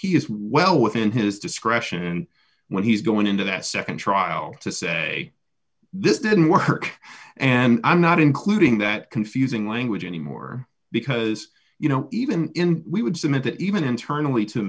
he is well within his discretion when he's going into that nd trial to say this didn't work and i'm not including that confusing language anymore because you know even we would submit that even internally to